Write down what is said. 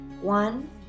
one